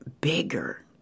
bigger